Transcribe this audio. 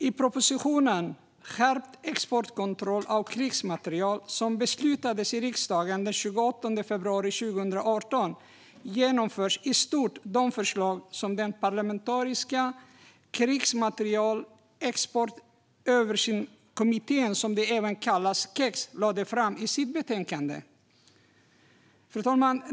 I propositionen Skärpt exportkontroll av krigsmateriel , som riksdagen beslutade om den 28 februari 2018, genomförs i stort sett de förslag som den parlamentariska Krigsmaterielexportöversynskommittén lade fram i sitt betänkande.